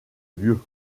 lieu